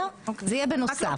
זה יהיה בנוסף.